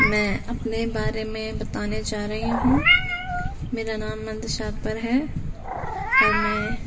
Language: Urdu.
میں اپنے بارے میں بتانے جا رہی ہوں میرا نام منتشاء اکبر ہے اور میں